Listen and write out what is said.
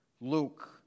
Luke